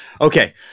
Okay